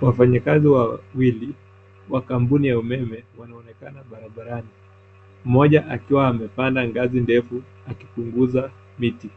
Wafanyakazi wawili wa kampuni ya umeme wanaonekana barabarani. Mmoja akiwa amepanda ngazi ndefu akipunguza miti.